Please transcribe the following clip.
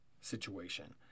situation